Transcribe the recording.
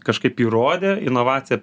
kažkaip įrodė inovaciją